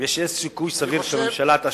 אם יש סיכוי סביר שהממשלה תאשר את זה,